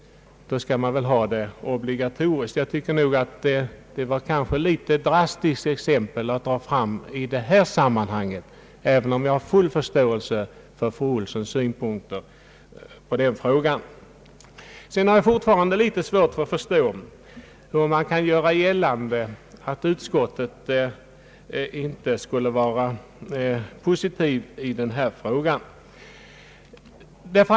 I så fall skall denna utbildning väl göras obligatorisk. Jag tycker att det kanske är litet drastiskt att dra fram detta exempel i detta sammanhang, även om jag har full förståelse för fru Olssons synpunkter i denna fråga. Vidare har jag fortfarande litet svårt att förstå hur man kan göra gällande att utskottet inte skulle vara positivt inställt i denna fråga.